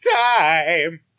time